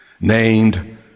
named